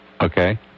okay